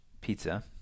pizza